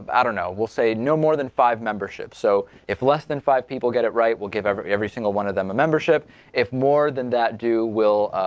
i don't know will say no more than five membership so if less than five people get it right will give ever every single one of them the membership if more than that do will